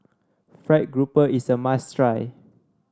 fried grouper is a must try